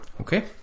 Okay